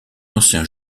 ancien